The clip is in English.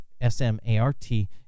S-M-A-R-T